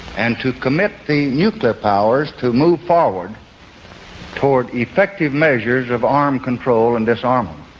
and to commit the nuclear powers to move forward toward effective measures of arms control and disarmament.